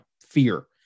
fear